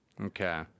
Okay